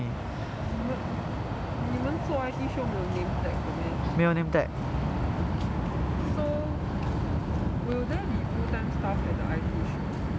but 你们做 I_T show 没有 name tag 的 meh so will there be full time staff at the I_T show